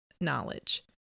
knowledge